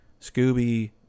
Scooby